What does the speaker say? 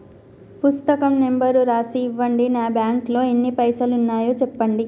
పుస్తకం నెంబరు రాసి ఇవ్వండి? నా బ్యాంకు లో ఎన్ని పైసలు ఉన్నాయో చెప్పండి?